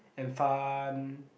and fun